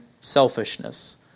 selfishness